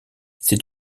c’est